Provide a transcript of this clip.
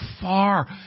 far